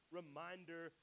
reminder